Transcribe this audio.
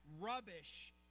rubbish